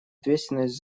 ответственность